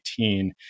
2018